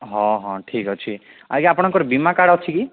ହଁ ହଁ ଠିକ୍ ଅଛି ଆଜ୍ଞା ଆପଣଙ୍କର ବୀମା କାର୍ଡ଼୍ ଅଛି କି